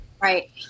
Right